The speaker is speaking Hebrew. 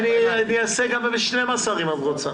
נניח 10 ימי בידוד,